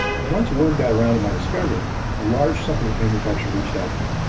and once word got around of my discovery a large supplement manufacture reached out to me.